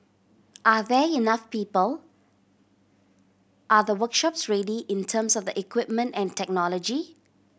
are there enough people are the workshops ready in terms of the equipment and technology